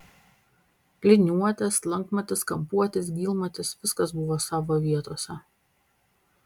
liniuotė slankmatis kampuotis gylmatis viskas buvo savo vietose